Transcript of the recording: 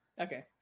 okay